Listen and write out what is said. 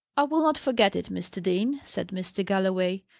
i will not forget it, mr. dean, said mr. galloway.